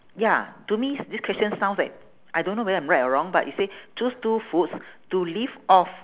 ya to me is this question sounds like I don't know whether I'm right or wrong but it say choose two foods to live off